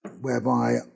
whereby